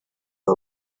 abo